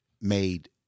made